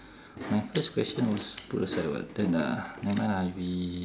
my first question was put aside [what] then uh never mind lah we